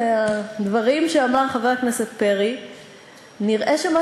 מהדברים שאמר חבר הכנסת פרי נראה שמה